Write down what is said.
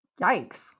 Yikes